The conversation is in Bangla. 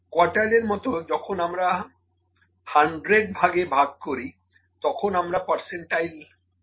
কোয়ার্টাইলের মতো যখন আমরা 100 ভাগে ভাগ করি তখন আমরা পার্সেন্টাইল পাই